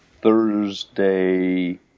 Thursday